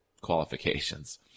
qualifications